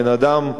בן-אדם,